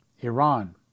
Iran